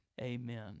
Amen